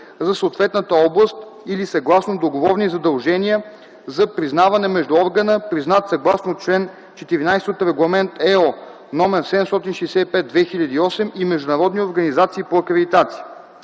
за съответната област или съгласно договорни задължения за признаване между органа, признат съгласно чл. 14 от Регламент (ЕО) № 765/2008, и международни организации по акредитация.